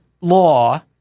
law